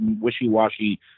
wishy-washy